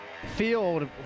Field